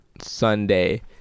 Sunday